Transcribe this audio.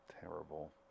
Terrible